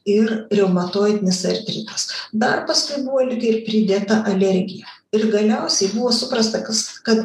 ir reumatoidinis artritas dar paskui buvo lyg ir pridėta alergija ir galiausiai buvo suprasta kas kad